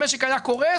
המשק היה קורס,